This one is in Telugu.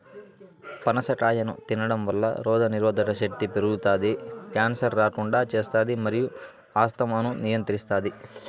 పనస కాయను తినడంవల్ల రోగనిరోధక శక్తి పెరుగుతాది, క్యాన్సర్ రాకుండా చేస్తాది మరియు ఆస్తమాను నియంత్రిస్తాది